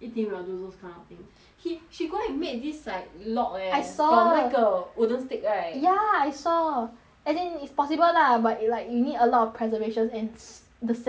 yi ping will do those kind of thing he she go and make this like lock eh I saw from 那个 wooden stick right ya I saw and then it's possible lah but like you need a lot of preservations and the sending is insane